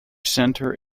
centre